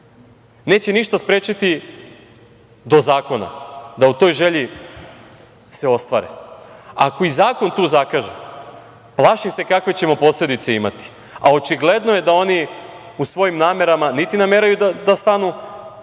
neće ništa sprečiti do zakona da u toj želji se ostvare. Ako i zakon tu zakaže, plašim se kakve ćemo posledice imati. A očigledno je da oni u svojim namerama niti nameravaju da stanu,